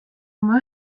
oma